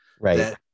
Right